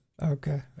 Okay